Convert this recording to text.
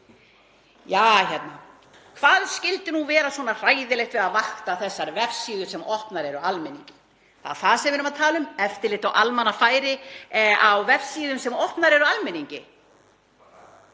Ja hérna. Hvað skyldi nú vera svona hræðilegt við að vakta þessar vefsíður sem opnar eru almenningi? Það er það sem við erum að tala um, eftirlit á almannafæri á vefsíðum sem opnar eru almenningi.